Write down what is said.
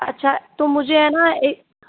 अच्छा तो मुझे है ना एक